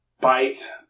bite